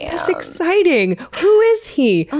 yeah that's exciting! who is he?